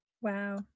Wow